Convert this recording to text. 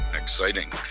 exciting